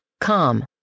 calm